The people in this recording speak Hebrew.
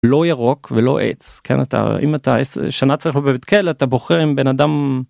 לא ירוק ולא עץ. כן אתה אם אתה שנה צריך להיות בבית כלא אתה בוחר עם בן אדם.